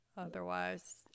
Otherwise